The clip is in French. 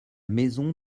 maison